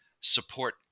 support